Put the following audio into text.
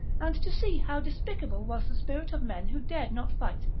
and to see how despicable was the spirit of men who dared not fight,